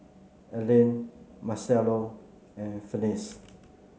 Alene Marcello and Felice